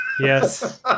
Yes